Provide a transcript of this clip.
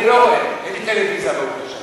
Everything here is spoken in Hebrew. אני לא רואה, אין לי טלוויזיה, ברוך השם,